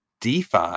Defi